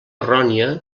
errònia